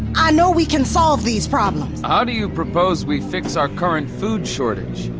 i know we can solve these problems how do you propose we fix our current food shortage?